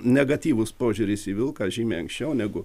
negatyvus požiūris į vilką žymiai anksčiau negu